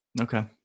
okay